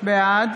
בעד